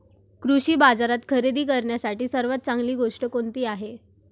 कृषी बाजारात खरेदी करण्यासाठी सर्वात चांगली गोष्ट कोणती आहे?